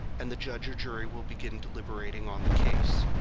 and the judge or jury will begin deliberating on the case.